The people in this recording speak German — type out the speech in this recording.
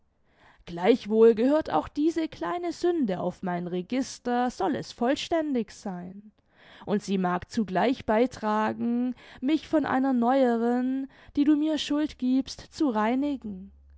gleichwohl gehört auch diese kleine sünde auf mein register soll es vollständig sein und sie mag zugleich beitragen mich von einer neueren die du mir schuld giebst zu reinigen